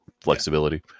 flexibility